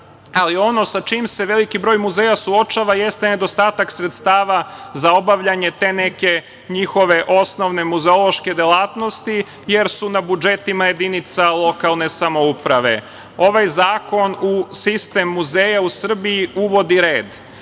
ali ono sa čime se veliki broj muzeja suočava jeste nedostatak sredstava za obavljanje te neke njihove osnovne muzološke delatnosti, jer su na budžetima jedinica lokalne samouprave. Ovaj zakon u sistem muzeja u Srbiji uvodi red.